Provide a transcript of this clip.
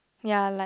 ya like